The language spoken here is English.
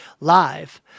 live